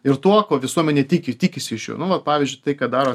ir tuo ko visuomenė tiki tikisi iš jo nu vat pavyzdžiui tai ką daro